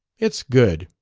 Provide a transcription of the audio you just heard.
it's good!